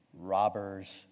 robber's